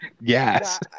Yes